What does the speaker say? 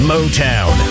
Motown